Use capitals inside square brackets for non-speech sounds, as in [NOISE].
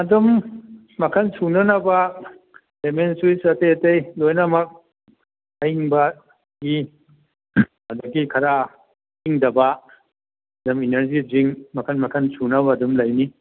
ꯑꯗꯨꯝ ꯃꯈꯜ ꯁꯨꯅꯅꯕ ꯗꯦꯃꯦꯁꯁꯨ ꯑꯇꯩ ꯑꯇꯩ ꯂꯣꯏꯅꯃꯛ ꯑꯏꯪꯕꯒꯤ ꯑꯗꯒꯤ ꯈꯔ ꯏꯪꯗꯕ [UNINTELLIGIBLE] ꯏꯅꯔꯖꯤ ꯗ꯭ꯔꯤꯡ ꯃꯈꯜ ꯃꯈꯜ ꯁꯨꯅꯕ ꯑꯗꯨꯝ ꯂꯩꯅꯤ